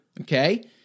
Okay